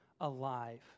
alive